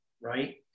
right